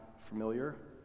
familiar